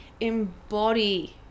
embody